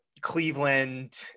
Cleveland